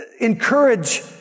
encourage